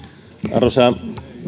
arvoisa